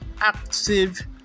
active